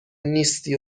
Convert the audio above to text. نیستی